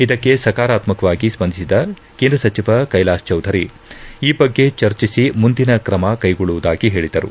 ಇದಕ್ಕೆ ಸಕಾರಾತ್ಮಕವಾಗಿ ಸ್ಪಂದಿಸಿದ ಕೇಂದ್ರ ಸಚಿವ ಕೈಲಾಶ್ ಚೌದರಿ ಈ ಬಗ್ಗೆ ಚರ್ಚೆಸಿ ಮುಂದಿನ ಕ್ರಮಕ್ಕೆಗೊಳ್ಳುವುದಾಗಿ ಹೇಳಿದರು